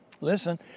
Listen